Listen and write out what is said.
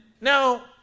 now